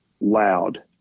loud